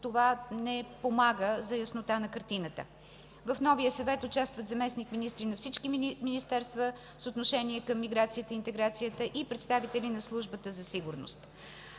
това не помага за яснота на картината. В новия Съвет участват заместник-министри на всички министерства в съотношение към миграцията и интеграцията и представители на Службата за сигурност.